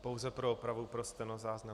Pouze na opravu pro stenozáznam.